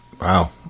wow